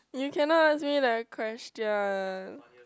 you cannot ask me that question